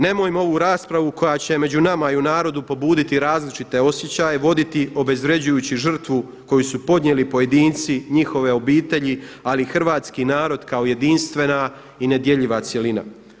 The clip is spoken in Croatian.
Nemojmo ovu raspravu koja će među nama i u narodu pobuditi različite osjećaje voditi obezvređujući žrtvu koju su podnijeli pojedinci, njihove obitelji, ali i hrvatski narod kao jedinstvena i nedjeljiva cjelina.